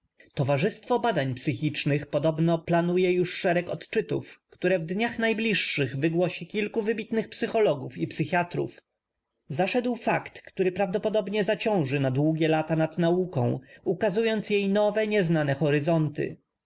a ń psychicznych podobno planuje już szereg odczytów k tó re w dniach najbliższych wygłosi kilku w ybitnych psycho logów i psychiatrów zaszedł fakt któ ry p raw dopodobnie za ciąży na długie lata nad nauką ukazując jej now e nieznane horyzonty